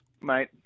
mate